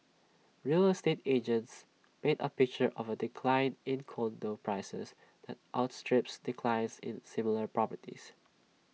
real estate agents paint A picture of A decline in condo prices that outstrips declines in similar properties